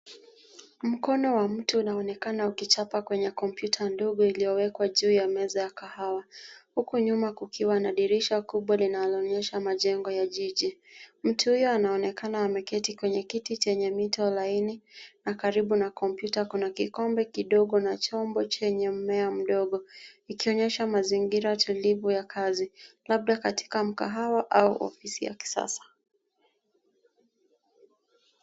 Mkono wa mtu unaonekana ukichapa kwenye kompyuta ndogo iliyowekwa juu ya meza ya kahawa huku nyuma kukiwa na dirisha kubwa linaloonyesha majengo ya jiji. Mtu huyo anaonekana ameketi kwenye kiti chenye mito laini na karibu na kompyuta kidogo na chombo chenye mmea mdogo ikionyesha mazingira tulivu ya kazi, labda katika mkahawa au ofisi ya kisasa.